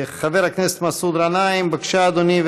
חבר הכנסת מסעוד גנאים, בבקשה, אדוני.